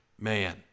Man